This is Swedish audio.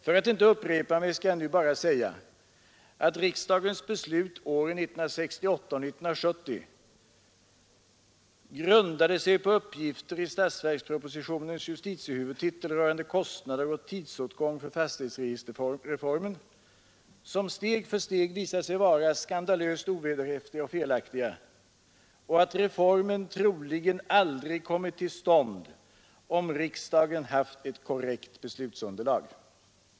För att inte upprepa mig skall jag nu bara säga att riksdagens beslut åren 1968 och 1970 grundade sig på uppgifter i statsverkspropositionens justitiehuvudtitel rörande kostnader och tidsåtgång för fastighetsregisterreformen, som steg för steg visat sig vara skandalöst ovederhäftiga och felaktiga och att reformen troligen aldrig kommit till stånd om riksdagen haft ett korrekt beslutsunderlag.